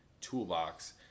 toolbox